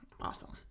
Awesome